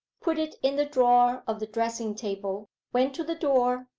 put it in the drawer of the dressing-table, went to the door,